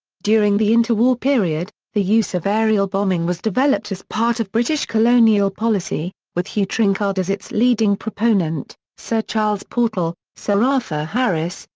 during the interwar period, the use of aerial bombing was developed as part of british colonial policy, with hugh trenchard as its leading proponent, sir charles portal, sir arthur harris,